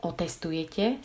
Otestujete